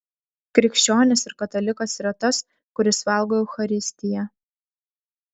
krikščionis ir katalikas yra tas kuris valgo eucharistiją